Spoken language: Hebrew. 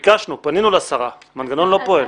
ביקשנו, פנינו לשרה, המנגנון לא פועל.